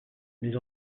mais